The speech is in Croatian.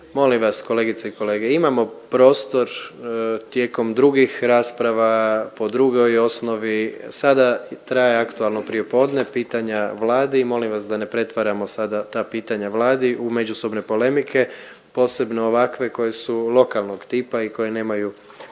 Molim vas, kolegice i kolege, imamo prostor tijekom drugih rasprava, po drugoj osnovi, sada traje aktualno prijepodne, pitanja Vladi, molim vas da ne pretvaramo sada ta pitanja Vladi u međusobne polemike, posebno ovakve koje su lokalnog tipa i koje nemaju